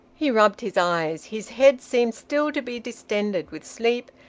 he rubbed his eyes. his head seemed still to be distended with sleep,